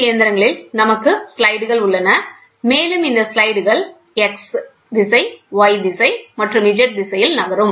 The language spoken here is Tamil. சி இயந்திரங்களில் நமக்கு ஸ்லைடுகள் உள்ளன மேலும் இந்த ஸ்லைடுகள் X திசை Y திசை மற்றும் Z திசையில் நகரும்